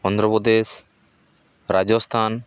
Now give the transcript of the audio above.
Andhra Pradesh Rajasthan